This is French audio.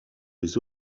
les